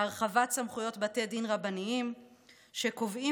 בהרחבת סמכויות בתי דין רבניים שקובעים